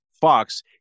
Fox